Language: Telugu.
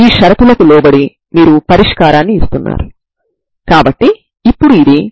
X ను పొందడానికి దీనిని పరిష్కారం లో పెట్టండి